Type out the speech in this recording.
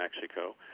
Mexico